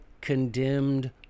condemned